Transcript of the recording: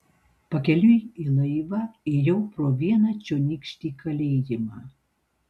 pakeliui į laivą ėjau pro vieną čionykštį kalėjimą